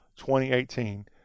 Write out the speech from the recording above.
2018